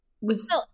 was-